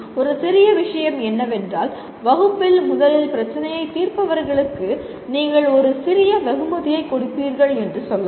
ஒரு சிறிய விஷயம் என்னவென்றால் வகுப்பில் முதலில் பிரச்சினையைத் தீர்ப்பவர்களுக்கு நீங்கள் ஒரு சிறிய வெகுமதியைக் கொடுப்பீர்கள் என்று சொல்லலாம்